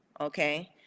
okay